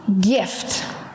gift